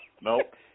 Nope